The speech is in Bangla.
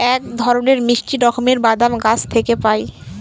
এক ধরনের মিষ্টি রকমের বাদাম গাছ থেকে পায়